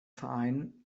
verein